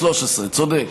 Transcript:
2013, צודק.